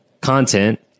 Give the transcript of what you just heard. content